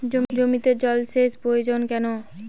জমিতে জল সেচ প্রয়োজন কেন?